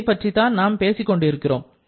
இதைப் பற்றி தான் நாம் பேசிக் கொண்டிருக்கிறோம்